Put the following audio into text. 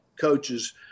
coaches